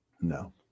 No